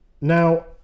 Now